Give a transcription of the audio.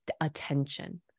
attention